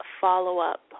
follow-up